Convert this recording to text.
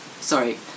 sorry